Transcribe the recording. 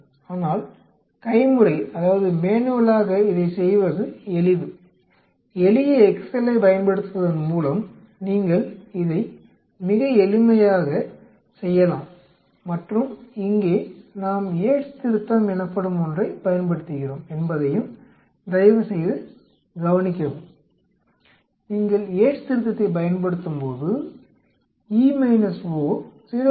ஆனால் கைமுறையாக இதைச் செய்வது எளிது எளிய எக்செல்லை பயன்படுத்துவதன் மூலம் நீங்கள் இதை மிக எளிமையாக செய்யலாம் மற்றும் இங்கே நாம் யேட்ஸ் திருத்தம் எனப்படும் ஒன்றை பயன்படுத்துகிறோம் என்பதையும் தயவுசெய்து கவனிக்கவும் நீங்கள் யேட்ஸ் திருத்தத்தைப் பயன்படுத்தும்போது 0